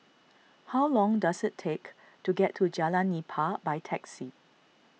how long does it take to get to Jalan Nipah by taxi